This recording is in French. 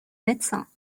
médecin